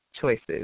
choices